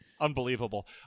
unbelievable